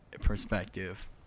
perspective